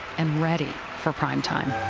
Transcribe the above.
and ready for prime time.